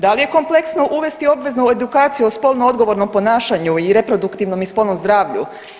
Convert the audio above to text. Da li je kompleksno uvesti obvezu edukaciju o spolno odgovornom ponašanju i reproduktivnom i spolnom zdravlju?